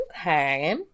Okay